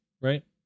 Right